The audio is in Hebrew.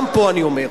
גם פה אני אומר,